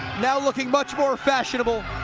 now looking much more fashionable